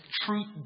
truth